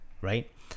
right